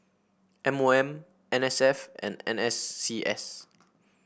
M O M N S F and N S C S